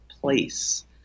place